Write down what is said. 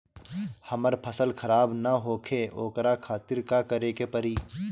हमर फसल खराब न होखे ओकरा खातिर का करे के परी?